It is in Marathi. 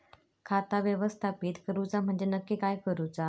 खाता व्यवस्थापित करूचा म्हणजे नक्की काय करूचा?